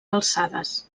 alçades